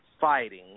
fighting